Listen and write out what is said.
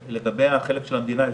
ואפשר אולי לעגן חלקם מהם כאן.